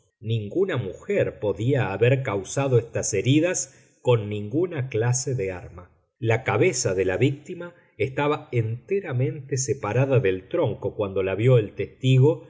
ninguna mujer podía haber causado estas heridas con ninguna clase de arma la cabeza de la víctima estaba enteramente separada del tronco cuando la vió el testigo